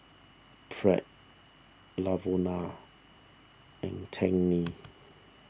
Pratt Lavona and Dagny